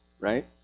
right